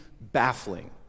baffling